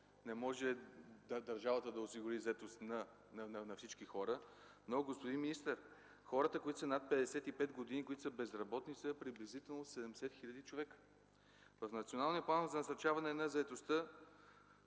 не може да осигури заетост на всички хора. Но, господин министър, хората, които са над 55 години, които са безработни, са приблизително 70 хил. човека. В Националния план за насърчаване на заетостта